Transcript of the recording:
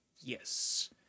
yes